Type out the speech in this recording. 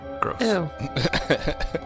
Gross